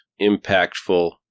impactful